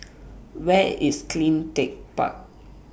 Where IS CleanTech Park